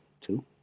Two